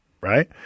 right